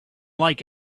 like